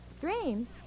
Dreams